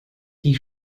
die